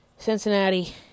Cincinnati